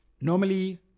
Normally